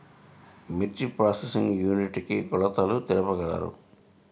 మిర్చి processing unit కి కొలతలు తెలుపగలరు?